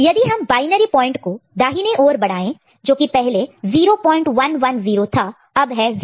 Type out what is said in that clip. यदि हम binary point को दाहिने राइट right ओर सरकाए शिफ्ट shift करें जो कि पहले 0110 था अब है 010